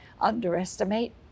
underestimate